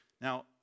Now